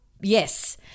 Yes